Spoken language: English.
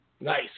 Nice